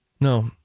No